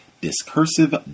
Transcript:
discursive